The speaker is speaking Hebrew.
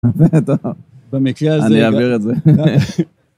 במקרה הזה אני אעביר את זה.